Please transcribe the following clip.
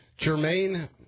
Jermaine